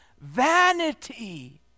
vanity